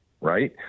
right